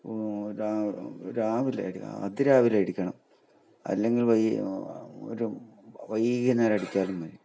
രാ രാവിലെ അടി അതിരാവിലെ അടിക്കണം അല്ലെങ്കിൽ വൈ ഒരു വൈകുന്നേരം അടിച്ചാലും മതി